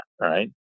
right